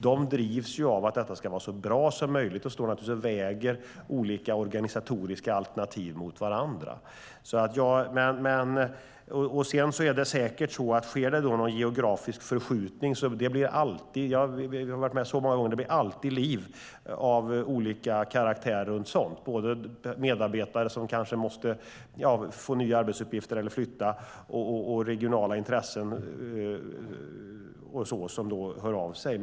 Ledningen drivs av att detta ska bli så bra som möjligt och väger naturligtvis olika organisatoriska alternativ mot varandra. Om det sker någon geografisk förskjutning blir det alltid liv av olika karaktär - jag har varit med om det många gånger - både från medarbetare som kanske måste få nya arbetsuppgifter eller flytta och från regionala intressen som hör av sig.